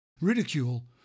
ridicule